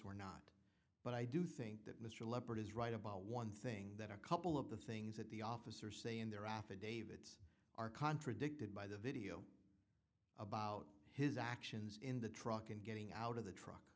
or not but i do think that mr leopard is right about one thing that a couple of the things that the officers say in their affidavits are contradicted by the video about his actions in the truck and getting out of the truck